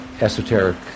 esoteric